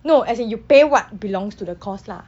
no as in you pay what belongs to the cost lah